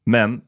Men